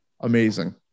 amazing